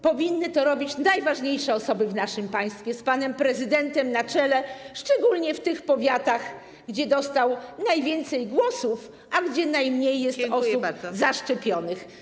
Powinny to robić najważniejsze osoby w naszym państwie z panem prezydentem na czele, szczególnie w tych powiatach, gdzie dostał najwięcej głosów, gdzie najmniej osób jest zaszczepionych.